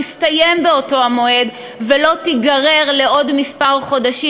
תסתיים באותו המועד ולא תיגרר עוד לכמה חודשים,